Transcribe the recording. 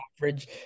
average